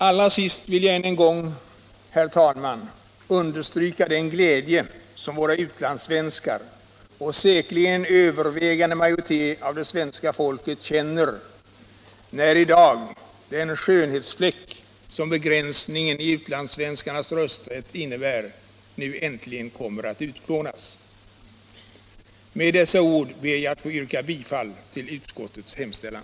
Allra sist vill jag än en gång, herr talman, understryka den glädje som våra utlandssvenskar och säkerligen en övervägande majoritet av det svenska folket känner, när i dag den skönhetsfläck som begränsningen i utlandssvenskarnas rösträtt innebär äntligen kommer att utplånas. Med dessa ord ber jag att få yrka bifall till utskottets hemställan.